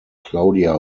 claudia